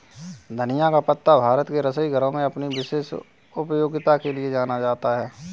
धनिया का पत्ता भारत के रसोई घरों में अपनी विशेष उपयोगिता के लिए जाना जाता है